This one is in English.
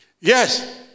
Yes